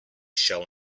shall